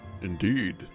indeed